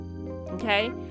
okay